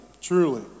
truly